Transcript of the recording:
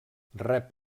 rep